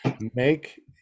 make